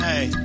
Hey